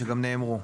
שגם נאמרו.